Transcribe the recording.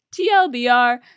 TLDR